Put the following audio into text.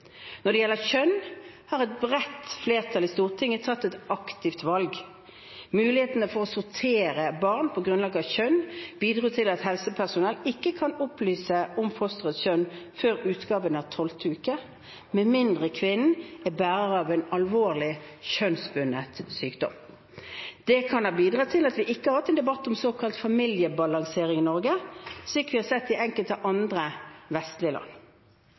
Når det gjelder kjønn, har et bredt flertall i Stortinget tatt et aktivt valg. Muligheten for å sortere barn på grunnlag av kjønn bidro til at helsepersonell ikke kan opplyse om fosterets kjønn før utgangen av tolvte uke, med mindre kvinnen er bærer av en alvorlig, kjønnsbundet sykdom. Det kan ha bidratt til at vi ikke har hatt en debatt i Norge om såkalt familiebalansering, slik vi har sett i enkelte andre vestlige land.